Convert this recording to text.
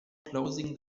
closing